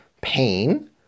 pain